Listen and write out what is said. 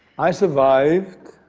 i survived,